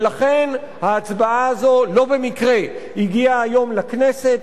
ולכן ההצבעה הזו לא במקרה הגיעה היום לכנסת,